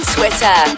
Twitter